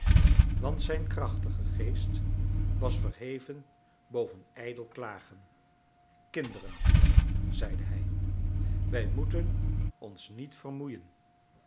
want zijn krachtige geest was verheven boven ijdel klagen kinderen zeide hij wij moeten ons niet vermoeien